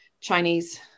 Chinese